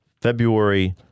February